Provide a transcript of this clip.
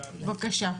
בבקשה.